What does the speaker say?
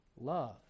love